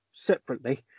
separately